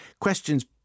questions